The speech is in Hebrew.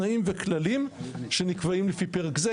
תנאים וכללים שנקבעים לפי פרק זה.